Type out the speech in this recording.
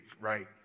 right